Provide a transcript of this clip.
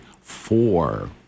four